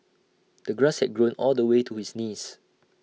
the grass had grown all the way to his knees